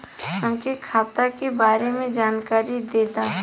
हमके खाता के बारे में जानकारी देदा?